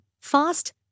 fast